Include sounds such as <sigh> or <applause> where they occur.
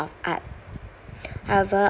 of art <breath> however